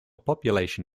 population